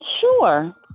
Sure